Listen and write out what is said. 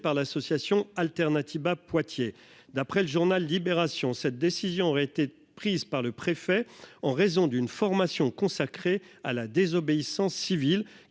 par l'association Alternatiba Poitiers. D'après le journal Libération, cette décision aurait été prise par le préfet en raison d'une formation consacrée à la désobéissance civile